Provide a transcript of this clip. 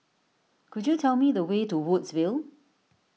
could you tell me the way to Woodsville